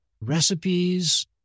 recipes